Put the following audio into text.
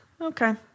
Okay